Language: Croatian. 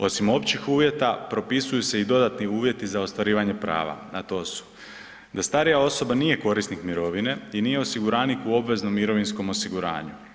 Osim općih uvjeta propisuju se i dodatni uvjeti za ostvarivanje prava, a to su, da starija osoba nije korisnik mirovine i nije osiguranik u obveznom mirovinskom osiguranju.